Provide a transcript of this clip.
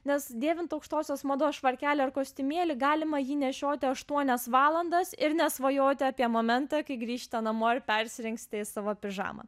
nes dėvint aukštosios mados švarkelį ar kostiumėlį galima jį nešioti aštuonias valandas ir nesvajoti apie momentą kai grįšite namo ir persirengsite į savo pižamą